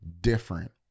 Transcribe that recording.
different